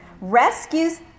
rescues